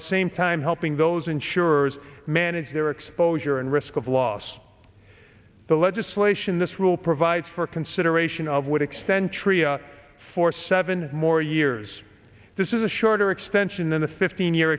the same time helping those insurers manage their exposure and risk of loss the legislation this will provide for consideration of what extent tria for seven more years this is a shorter extension than the fifteen year